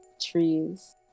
trees